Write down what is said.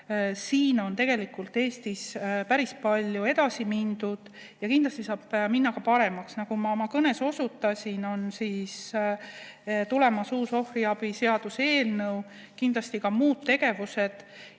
Siin on tegelikult Eestis päris palju edasi mindud, aga kindlasti saab minna ka paremaks. Nagu ma oma kõnes osutasin, on tulemas uus ohvriabi seaduse eelnõu, aga kindlasti on ka muud tegevused,